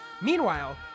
Meanwhile